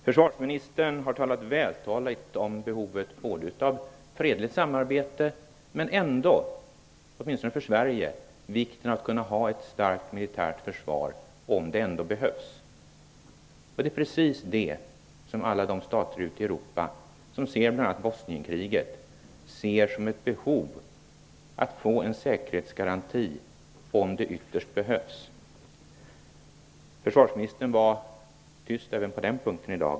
Försvarsministern har vältaligt talat om behovet av ett fredligt samarbete men också, åtminstone för Sverige, vikten av att kunna ha ett starkt militärt försvar, om det ändå behövs. Det är precis detta som alla stater ute i Europa, bl.a. beroende på Bosnienkriget, ser som ett behov. De vill ha en säkerhetsgaranti, om det ytterst behövs. Försvarsministern var i dag tyst även på den punkten.